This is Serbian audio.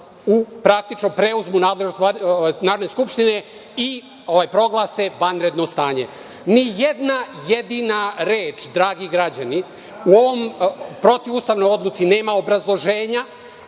da protivustavno preuzmu nadležnost Narodne skupštine i proglase vanredno stanje. Ni jedna jedina reč, dragi građani, u ovoj protivustavnoj odluci nema obrazloženja